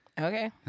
Okay